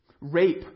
Rape